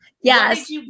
Yes